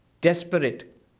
desperate